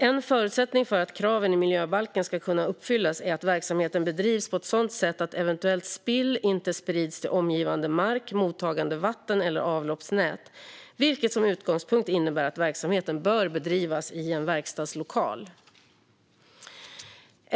En förutsättning för att kraven i miljöbalken ska kunna uppfyllas är att verksamheten bedrivs på ett sådant sätt att eventuellt spill inte sprids till omgivande mark, mottagande vatten eller avloppsnät, vilket som utgångspunkt innebär att verksamheten bör bedrivas i en verkstadslokal.